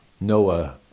Noah